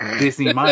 Disney